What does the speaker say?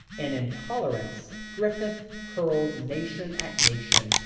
in intolerance, griffith hurls nation at nation,